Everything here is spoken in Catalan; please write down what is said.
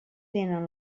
tenen